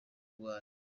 urwaye